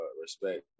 respect